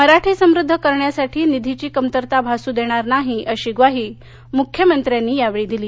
मराठी समुद्ध करण्यासाठी निधीची कमतरता भासू देणार नाही अशी ग्वाही मुख्यमंत्र्यांनी यावेळी दिली